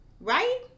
right